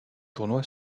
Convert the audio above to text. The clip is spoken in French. tournoi